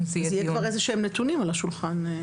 אז יהיו כבר איזשהם נתונים על השולחן.